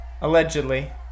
Allegedly